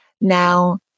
Now